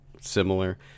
similar